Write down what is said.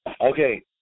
Okay